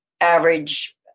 average